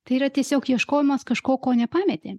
tai yra tiesiog ieškojimas kažko ko nepametėm